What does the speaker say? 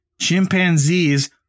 Chimpanzees